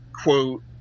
quote